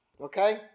Okay